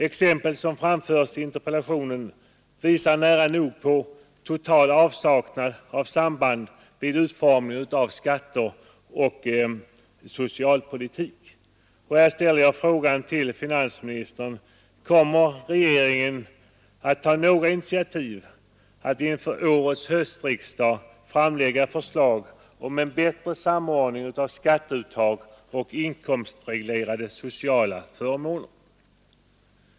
Exempel som framförs i interpellationen visar på nära nog total avsaknad av samband vid utformningen av skatter och socialpolitik. Här ställer jag frågan till finansministern: Kommer regeringen att ta några initiativ för att inför årets höstriksdag framlägga förslag för en bättre samordning av skatteuttag och inkomstreglerade sociala förmåner?